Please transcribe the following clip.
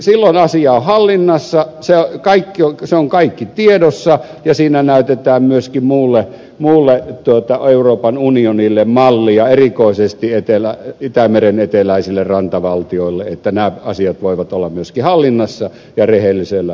silloin asia on hallinnassa se on kaikki tiedossa ja siinä näytetään myöskin muulle euroopan unionille mallia erikoisesti itämeren eteläisille rantavaltioille että nämä asiat voivat olla myöskin hallinnassa ja rehellisellä pohjalla